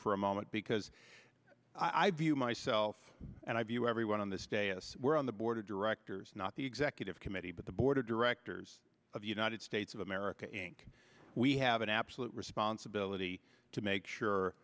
for a moment because i view myself and i view everyone on this day as we're on the board of directors not the executive committee but the board of directors of the united states of america and we have an absolute responsibility to make sure